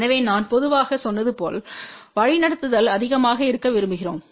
எனவே நான் பொதுவாக சொன்னது போல் வழிநடத்துதல் அதிகமாக இருக்க விரும்புகிறோம்